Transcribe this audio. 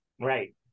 Right